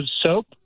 Soap